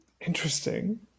Interesting